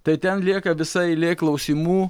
tai ten lieka visa eilė klausimų